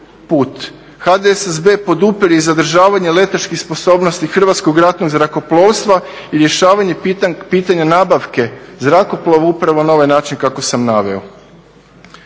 HDSSB podupire i zadržavanje letačkih sposobnosti Hrvatskog ratnog zrakoplovstva, rješavanje pitanja nabavke zrakoplova upravo na ovaj način kako sam naveo.